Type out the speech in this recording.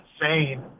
insane